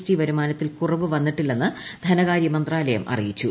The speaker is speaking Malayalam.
ടി വരുമാനത്തിൽ കുറവ് വന്നിട്ടില്ലെന്ന് ധനകാര്യ മന്ത്രാലയം അറിയിച്ചു